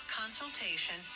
consultation